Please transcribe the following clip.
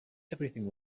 everything